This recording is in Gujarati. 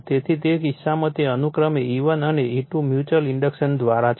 તેથી તે કિસ્સામાં તે અનુક્રમે E1 અને E2 મ્યુચ્યુઅલ ઇન્ડક્શન્સ દ્વારા છે